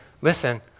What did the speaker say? listen